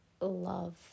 Love